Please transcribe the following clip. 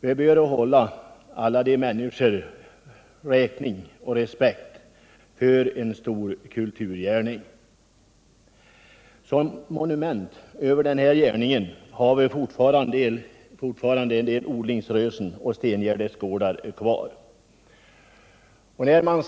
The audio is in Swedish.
Vi bör hålla alla dessa människor räkning för en stor kulturgärning och visa dem respekt. Som monument över denna gärning har vi fortfarande kvar en del odlingsrösen och stengärdesgårdar. När man